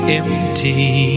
empty